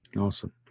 Awesome